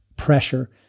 pressure